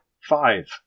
Five